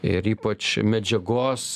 ir ypač medžiagos